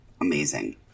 amazing